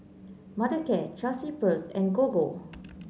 Mothercare Chelsea Peers and Gogo